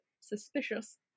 suspicious